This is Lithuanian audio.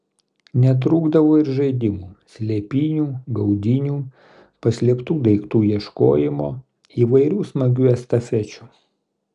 netrūkdavo ir žaidimų slėpynių gaudynių paslėptų daiktų ieškojimo įvairių smagių estafečių